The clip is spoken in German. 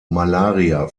malaria